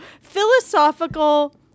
Philosophical